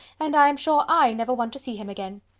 and i am sure i never want to see him again.